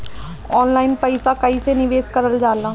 Online पईसा कईसे निवेश करल जाला?